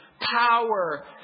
Power